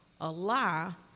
Allah